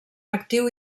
actiu